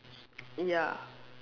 ya